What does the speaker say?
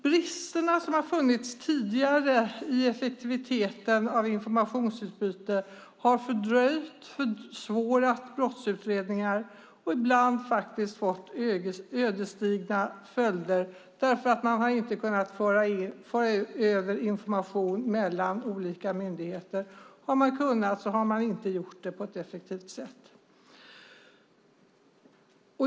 Bristerna som har funnits tidigare i effektiviteten i informationsutbyte har fördröjt och försvårat brottsutredningar och ibland faktiskt fått ödesdigra följder därför att man inte har kunnat föra över information mellan olika myndigheter. Har man kunnat göra det har man inte gjort det på ett effektivt sätt.